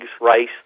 rice